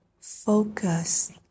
focus